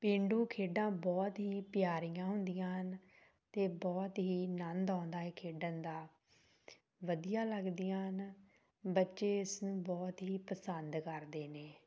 ਪੇਂਡੂ ਖੇਡਾਂ ਬਹੁਤ ਹੀ ਪਿਆਰੀਆਂ ਹੁੰਦੀਆਂ ਹਨ ਅਤੇ ਬਹੁਤ ਹੀ ਆਨੰਦ ਆਉਂਦਾ ਹੈ ਖੇਡਣ ਦਾ ਵਧੀਆ ਲੱਗਦੀਆਂ ਹਨ ਬੱਚੇ ਇਸਨੂੰ ਬਹੁਤ ਹੀ ਪਸੰਦ ਕਰਦੇ ਨੇ